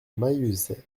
maillezais